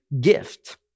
gift